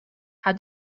how